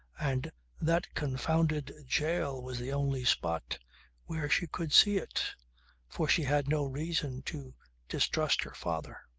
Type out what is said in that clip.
and that confounded jail was the only spot where she could see it for she had no reason to distrust her father.